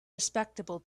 respectable